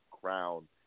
crown